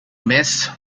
miss